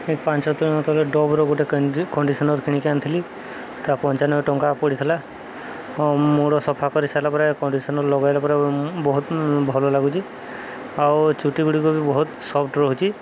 ଏ ପାଞ୍ଚତିନ ତଳେ ଡୋଭ୍ର ଗୋଟେ କଣ୍ଡିସନର୍ କିଣିକି ଆଣିଥିଲି ତ ପଞ୍ଚାନବେ ଟଙ୍କା ପଡ଼ିଥିଲା ମୋର ସଫା କରିସାରିଲା ପରେ କଣ୍ଡିସନର୍ ଲଗାଇଲା ପରେ ମୁଁ ବହୁତ ଭଲ ଲାଗୁଛି ଆଉ ଚୁଟି ଗୁଡ଼ିକ ବି ବହୁତ ସଫ୍ଟ ରହୁଛି